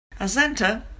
Azenta